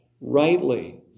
rightly